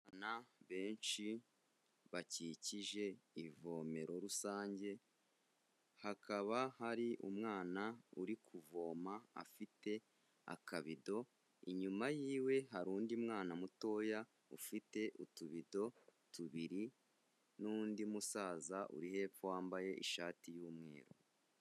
Abana benshi bakikije ivomero rusange. Hakaba hari umwana uri kuvoma afite akabido, inyuma y'iwe hari undi mwana mutoya ufite utubido tubiri, n'undi musaza uri hepfo wambaye ishati y'umweru.